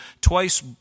twice